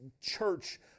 church